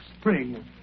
spring